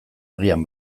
agian